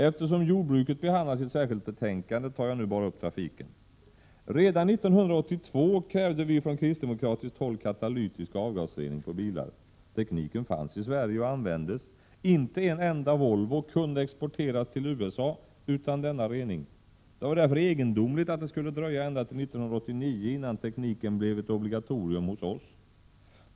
Eftersom jordbruket behandlas i ett särskilt betänkande tar jag nu bara upp trafiken. Redan 1982 krävde vi från kristdemokratiskt håll katalytisk avgasrening på bilar. Tekniken fanns i Sverige och användes. Inte en enda Volvo kunde exporteras till USA utan denna rening. Det var därför egendomligt att det skulle dröja ända till 1989 innan tekniken blev ett obligatorium här.